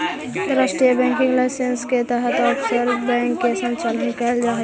अंतर्राष्ट्रीय banking licence के तहत ऑफशोर बैंक के संचालन कैल जा हइ